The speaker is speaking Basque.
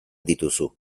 dituzu